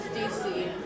DC